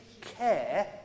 care